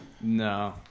No